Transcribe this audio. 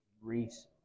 Reese